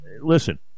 Listen